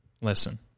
Listen